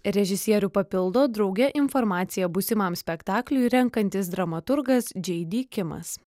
režisierių papildo drauge informaciją būsimam spektakliui renkantis dramaturgas džei dy kimas